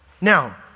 Now